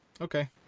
Okay